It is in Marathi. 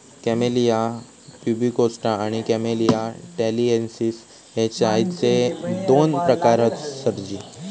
कॅमेलिया प्यूबिकोस्टा आणि कॅमेलिया टॅलिएन्सिस हे चायचे दोन प्रकार हत सरजी